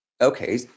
Okay